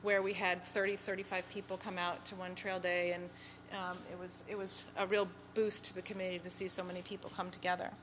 where we had thirty thirty five people come out to one trail day and it was it was a real boost to the committee to see so many people come together